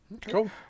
cool